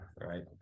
right